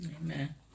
Amen